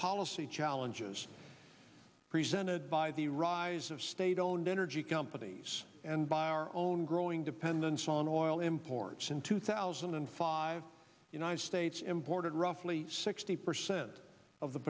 policy challenges presented by the rise of state owned energy companies and by our own growing dependence on oil imports in two thousand and five united states imported roughly sixty percent of the